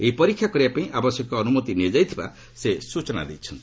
ଏହି ପରୀକ୍ଷା କରିବା ପାଇଁ ଆବଶ୍ୟକୀୟ ଅନୁମତି ନିଆଯାଇଥିବା କଥା ସେ ସ୍ଚଚନା ଦେଇଛନ୍ତି